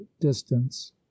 distance